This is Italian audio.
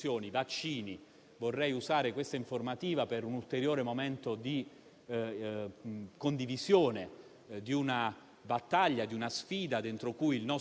Questo candidato vaccino, che oggi sembra essere quello più avanti in termini di tempo, è un candidato vaccino che è stato studiato, elaborato e progettato